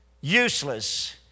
useless